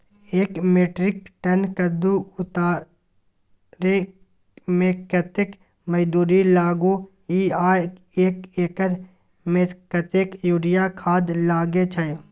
एक metric tonne कद्दू उतारे में कतेक मजदूरी लागे इ आर एक एकर में कतेक यूरिया खाद लागे छै?